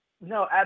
No